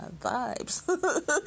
vibes